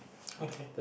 okay